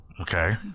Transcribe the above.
Okay